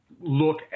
look